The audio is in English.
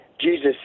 Jesus